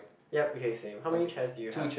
yup okay same how many chairs do you have